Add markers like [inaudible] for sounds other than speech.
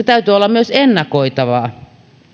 [unintelligible] täytyy olla myös ennakoitava